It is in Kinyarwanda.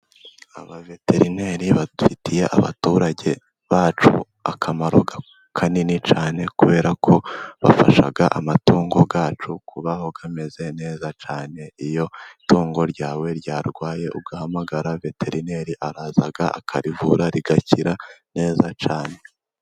Abaveterineri bafitiye abaturage bacu akamaro kanini cyane, kubera ko bafasha amatungo yacu kubaho ameze neza cyane. Iyo itungo ryawe ryarwaye uhamagara veterineri araza akarivura rigakira neza cyane.